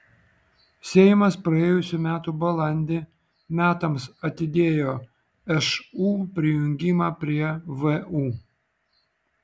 seimas praėjusių metų balandį metams atidėjo šu prijungimą prie vu